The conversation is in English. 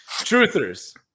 truthers